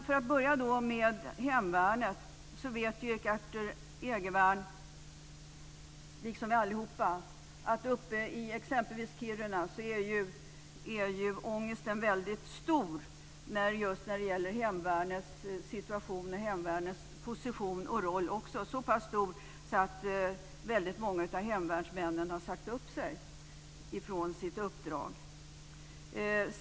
För att börja med hemvärnet så vet Erik Arthur Egervärn liksom vi alla här att uppe i exempelvis Kiruna är ångesten väldigt stor just när det gäller hemvärnets situation, position och roll, så pass stor att väldigt många av hemvärnsmännen har avsagt sig sitt uppdrag.